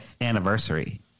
anniversary